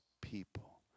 people